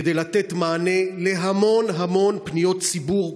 כדי לתת מענה להמון המון פניות ציבור,